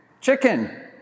Chicken